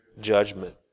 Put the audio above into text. judgment